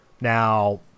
Now